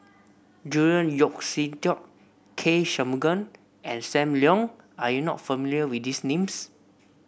Julian Yeo See Teck K Shanmugam and Sam Leong are you not familiar with these names